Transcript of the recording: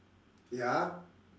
ya